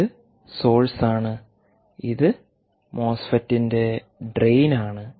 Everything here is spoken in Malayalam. ഇത് സോഴ്സ് ആണ് ഇത് ഒരു മോസ്ഫെറ്റിന്റെ ഡ്രെയിൻ ആണ്